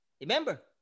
Remember